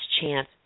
chance